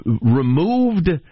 removed